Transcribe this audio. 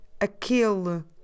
aquele